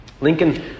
Lincoln